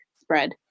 spread